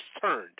turned